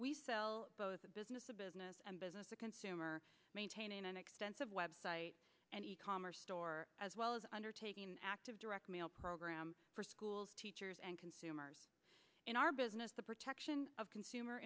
both the business of business and business the consumer maintaining an extensive website and e commerce store as well as undertaking active direct mail program for schools teachers and consumers in our business the protection of consumer